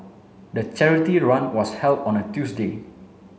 the charity run was held on a Tuesday